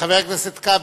חבר הכנסת כבל.